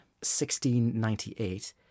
1698